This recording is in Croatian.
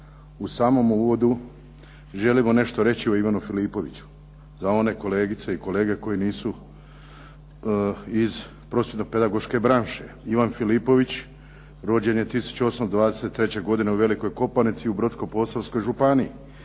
U samom uvodu želimo nešto reći o Ivanu Filipoviću, za one kolegice i kolege koji nisu iz prosvjetno pedagoške branše. Ivan Filipović rođen je 1823. godine u Velikoj Kopanici u Brodsko-posavskoj županiji.